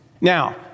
Now